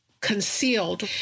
concealed